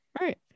Right